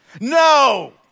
No